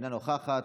אינה נוכחת.